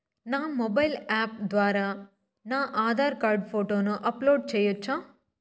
నా mobile app ద్వారా నా ఆధార్ కార్డు ఫోటోను అప్లోడ్ సేయొచ్చా?